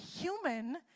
human